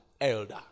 elder